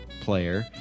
player